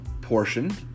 portion